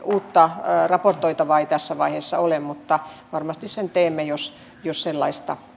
uutta raportoitavaa ei tässä vaiheessa ole mutta varmasti sen teemme jos jos sellaista